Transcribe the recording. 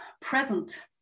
present